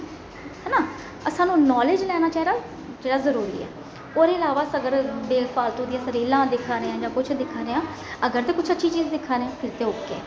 है ना सानूं नालेज लैना चाहिदा जेह्ड़ा जरूरी ऐ ओहदे इलावा अगर अस बेफालतू दियां अस रीलां दिक्खा ने हा जां कुछ दिक्खा ने आं अगर ते कुछ अच्छी चीज दिक्खा ने फिर ते ओके